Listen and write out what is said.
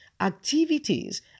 activities